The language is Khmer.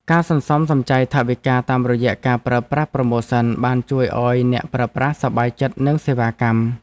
ការសន្សំសំចៃថវិកាតាមរយៈការប្រើប្រាស់ប្រូម៉ូសិនបានជួយឱ្យអ្នកប្រើប្រាស់សប្បាយចិត្តនឹងសេវាកម្ម។